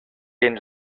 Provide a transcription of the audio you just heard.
den